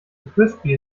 frisbee